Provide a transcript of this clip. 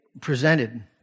presented